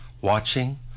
watching